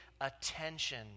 attention